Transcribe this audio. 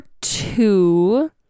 two